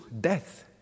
death